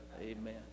Amen